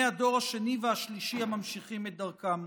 הדור השני והשלישי הממשיכים את דרכם.